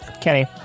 Kenny